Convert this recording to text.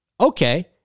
Okay